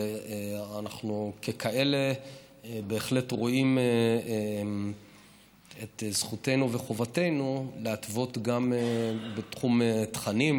וככאלה אנחנו בהחלט רואים את זכותנו וחובתנו גם להתוות בתחום התכנים,